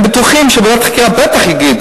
הם בטוחים שוועדת החקירה בוודאי תגיד,